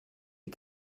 die